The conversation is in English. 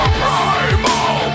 primal